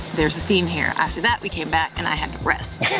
there's a theme here. after that, we came back and i had to rest.